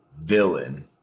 villain